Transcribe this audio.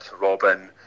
Robin